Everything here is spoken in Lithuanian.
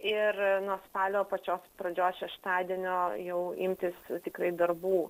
ir nuo spalio pačios pradžios šeštadienio jau imtis tikrai darbų